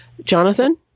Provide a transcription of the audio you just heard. Jonathan